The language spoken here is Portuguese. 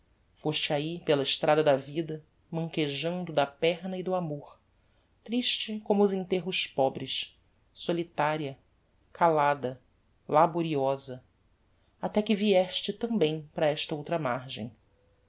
foste ahi pela estrada da vida manquejando da perna e do amor triste como os enterros pobres solitaria calada laboriosa até que vieste tambem para esta outra margem